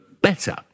better